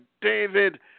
David